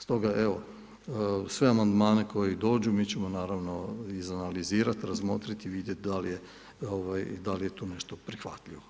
Stoga, evo sve amandmane koji dođu mi ćemo naravno izanalizirati, razmotriti i vidjeti da li je to nešto prihvatljivo.